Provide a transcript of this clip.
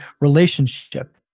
relationship